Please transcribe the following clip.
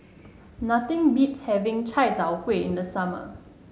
nothing beats having Chai Tow Kuay in the summer